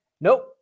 nope